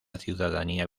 ciudadanía